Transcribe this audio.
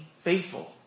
faithful